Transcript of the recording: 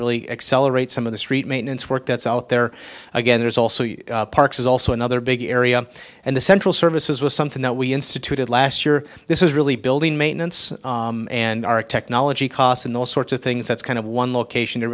really accelerate some of the street maintenance work that's out there again there's also parks is also another big area and the central services was something that we instituted last year this is really building maintenance and our technology costs and those sorts of things that's kind of one location to